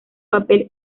papel